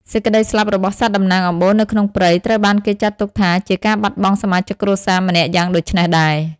សេចក្តីស្លាប់របស់សត្វតំណាងអំបូរនៅក្នុងព្រៃ ត្រូវបានគេចាត់ទុកថាជាការបាត់បង់សមាជិកគ្រួសារម្នាក់យ៉ាងដូច្នោះដែរ។